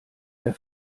der